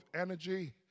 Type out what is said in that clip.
energy